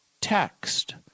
text